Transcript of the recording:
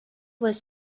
was